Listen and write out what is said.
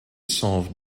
solved